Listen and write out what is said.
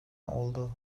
oldu